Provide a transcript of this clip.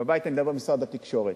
בית זה משרד התקשורת,